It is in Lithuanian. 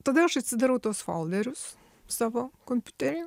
tada aš atsidarau tuos folderius savo kompiuteryje